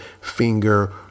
Finger